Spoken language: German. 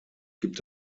gibt